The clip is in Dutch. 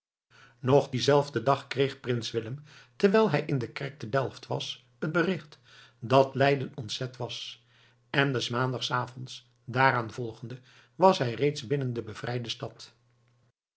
nog dienzelfden dag kreeg prins willem terwijl hij in de kerk te delft was het bericht dat leiden ontzet was en des maandags avonds daaraan volgende was hij reeds binnen de bevrijde stad